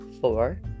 four